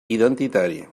identitari